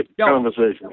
conversation